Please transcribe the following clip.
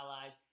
allies